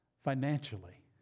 financially